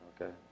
Okay